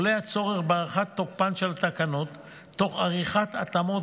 עולה הצורך בהארכת תוקפן של התקנות תוך עריכת התאמות